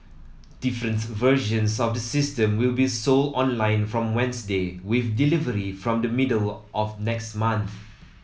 different versions of the system will be sold online from Wednesday with delivery from the middle of next month